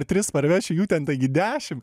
tris parveši jų ten taigi dešim